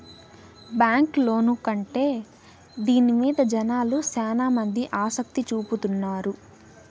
bank loan కంటే దీని మీద జనాలు శ్యానా మంది ఆసక్తి చూపుతున్నారు